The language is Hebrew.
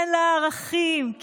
כן לערכים,